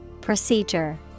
procedure